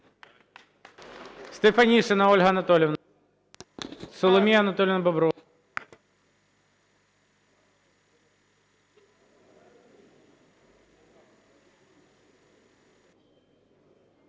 Стефанишина Ольга Анатоліївна. Соломія Анатоліївна Бобровська.